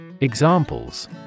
Examples